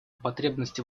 потребности